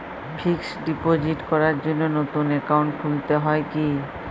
Fix deposit করার জন্য নতুন অ্যাকাউন্ট খুলতে হয় কী?